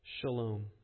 Shalom